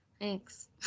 Thanks